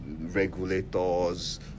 regulators